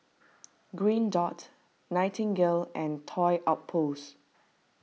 Green Dot Nightingale and Toy Outpost